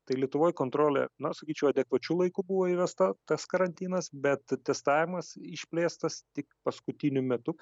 tai lietuvoj kontrolė na sakyčiau adekvačiu laiku buvo įvesta tas karantinas bet testavimas išplėstas tik paskutiniu metu